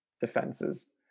defenses